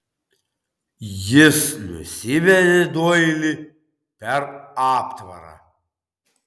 jis nusivedė doilį per aptvarą